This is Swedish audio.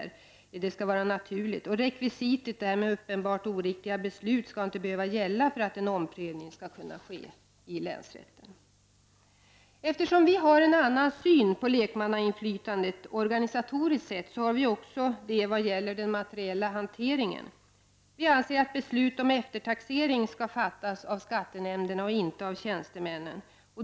Rekvisitet — upptar oriktiga beslut — skall inte behöva gälla för att omprövning skall kunna ske i länsrätten. Eftersom vi har en annan syn på lekmannainflytandet, organisatoriskt sett, har vi det också i vad det gäller den materiella hanteringen. Vi anser att beslut om eftertaxering skall fattas av skattenämnderna och inte av tjänstemännen.